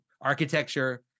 Architecture